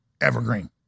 evergreen